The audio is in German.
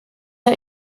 der